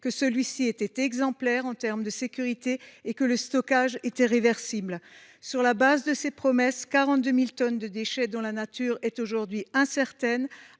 du bassin était exemplaire et que le stockage était réversible. Sur la base de ces promesses, 42 000 tonnes de déchets, dont la nature est aujourd’hui incertaine,